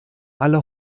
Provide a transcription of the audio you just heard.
alle